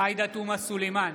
עאידה תומא סלימאן,